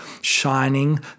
shining